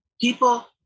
people